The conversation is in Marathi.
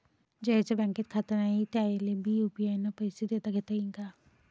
ज्याईचं बँकेत खातं नाय त्याईले बी यू.पी.आय न पैसे देताघेता येईन काय?